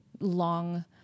long